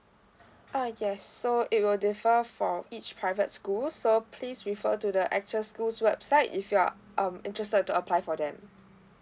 uh yes so it will differ for each private school so please refer to the actual school's website if you are um interested to apply for them mm